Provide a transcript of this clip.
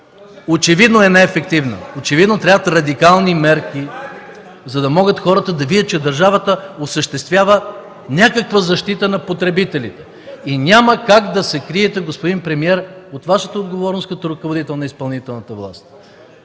Очевидно е неефективна, очевидно трябват радикални мерки, за да могат хората да видят, че държавата осъществява някаква защита на потребителите. Няма как да се криете, господин премиер, от Вашата отговорност като ръководител на изпълнителната власт!